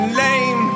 lame